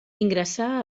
ingressar